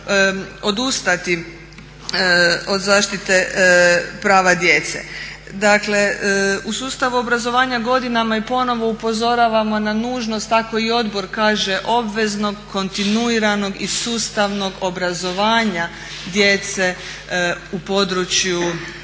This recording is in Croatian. odustati od zaštita prava djece. Dakle u sustavu obrazovanja godinama i ponovo upozoravamo na nužnost tako i odbor kaže, obveznog kontinuiranog i sustavnog obrazovanja djece u području